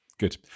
Good